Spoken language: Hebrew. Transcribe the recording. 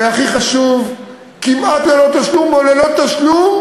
והכי חשוב: כמעט ללא תשלום, או ללא תשלום,